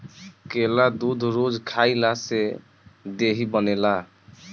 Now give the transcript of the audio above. केला दूध रोज खइला से देहि बनेला